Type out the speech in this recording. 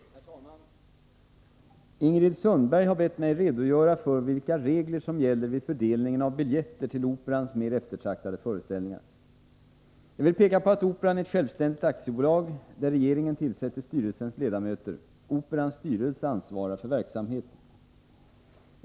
Herr talman! Ingrid Sundberg har bett mig redogöra för vilka regler som gäller vid fördelningen av biljetter till Operans mer eftertraktade föreställningar. Jag vill peka på att Operan är ett självständigt aktiebolag, där regeringen tillsätter styrelsens ledamöter. Operans styrelse ansvarar för verksamheten.